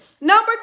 Number